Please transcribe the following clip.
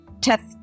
test